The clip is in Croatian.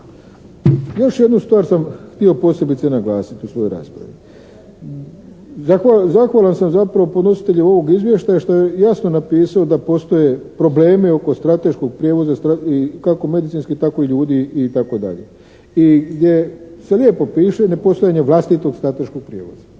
Još jednu stvar sam htio posebice naglasiti u svojoj raspravi. Zahvalan sam zapravo podnositelju ovog izvještaja što je jasno napisao da postoje problemi oko strateškog prijevoza i kako medicinskih, tako i ljudi, itd., i gdje se lijepo piše nepostojanje vlastitog strateškog prijevoza.